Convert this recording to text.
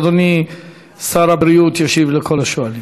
אדוני שר הבריאות ישיב לכל השואלים.